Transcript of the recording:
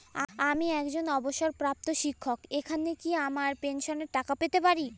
আমি একজন অবসরপ্রাপ্ত শিক্ষক এখানে কি আমার পেনশনের টাকা পেতে পারি?